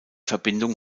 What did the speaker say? verbindung